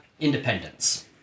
independence